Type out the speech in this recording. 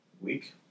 week